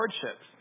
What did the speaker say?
hardships